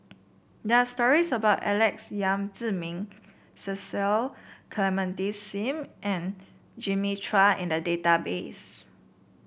there are stories about Alex Yam Ziming Cecil Clementi Seen and Jimmy Chua in the database